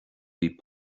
bhí